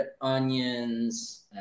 onions